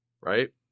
Right